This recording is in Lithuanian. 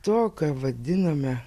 to ką vadiname